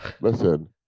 Listen